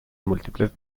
múltiples